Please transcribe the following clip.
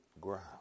ground